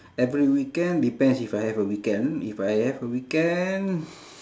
every weekend depends if I have a weekend if I have a weekend